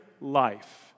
life